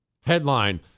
Headline